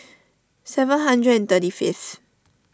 seven hundred and thirty fifth